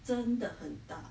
真的很大